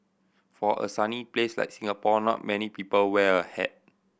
for a sunny place like Singapore not many people wear a hat